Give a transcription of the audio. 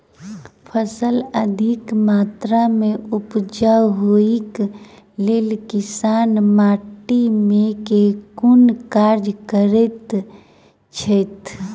फसल अधिक मात्रा मे उपजाउ होइक लेल किसान माटि मे केँ कुन कार्य करैत छैथ?